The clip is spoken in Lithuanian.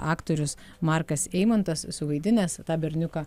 aktorius markas eimontas suvaidinęs tą berniuką